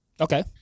okay